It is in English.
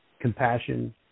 compassion